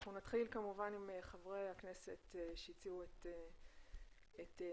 נתחיל כמובן עם חברי הכנסת שהציעו את הדיון,